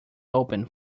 open